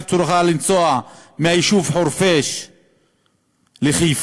שתוכל לנסוע מהיישוב חורפיש לחיפה,